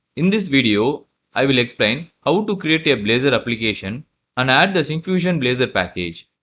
in this video i will explain how to create a blazor application and add the syncfusion blazor package.